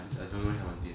I I don't know seventeen